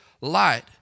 light